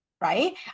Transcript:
right